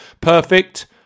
Perfect